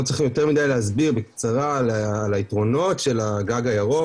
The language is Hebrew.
לא צריך יותר מידיי להסביר על היתרונות של הגג הירוק,